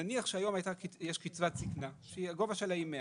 נניח שהיום יש קצבת זקנה שהגובה שלה היא 100